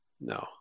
No